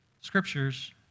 scriptures